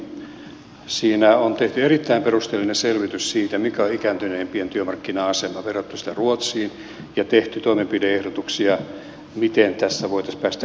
ensinnäkin siinä on tehty erittäin perusteellinen selvitys siitä mikä on ikääntyneempien työmarkkina asema verrattu sitä ruotsiin ja tehty toimenpide ehdotuksia miten tästä voitaisiin päästä eteenpäin